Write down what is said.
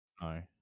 No